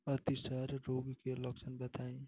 अतिसार रोग के लक्षण बताई?